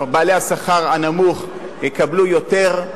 בעלי השכר הנמוך יקבלו יותר,